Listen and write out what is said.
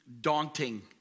daunting